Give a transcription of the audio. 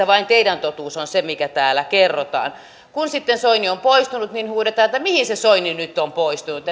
vain teidän totuutenne on se mikä täällä kerrotaan kun sitten soini on poistunut niin huudetaan että mihin se soini nyt on poistunut